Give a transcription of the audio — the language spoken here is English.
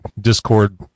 Discord